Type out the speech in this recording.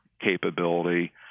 capability